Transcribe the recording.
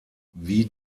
wie